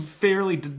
fairly